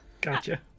Gotcha